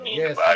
yes